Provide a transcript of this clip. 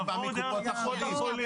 באיזו סיטואציה זה יכול ליפול?